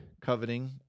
coveting